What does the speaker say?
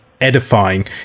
edifying